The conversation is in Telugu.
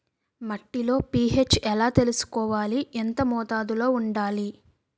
మట్టిలో పీ.హెచ్ ఎలా తెలుసుకోవాలి? ఎంత మోతాదులో వుండాలి?